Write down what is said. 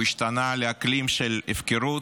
הוא השתנה לאקלים של הפקרות,